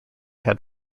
had